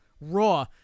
Raw